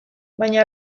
baina